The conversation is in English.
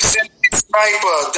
Sniper